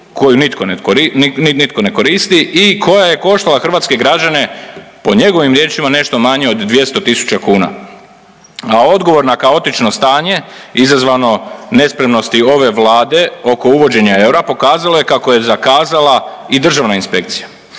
koju nitko ne koristi i koja je koštala hrvatske građane po njegovim riječima nešto manje od 200 000 kuna, a odgovor na kaotično stanje izazvano nespremnosti ove Vlade oko uvođenja eura pokazalo je kako je zakazala i Državna inspekcija,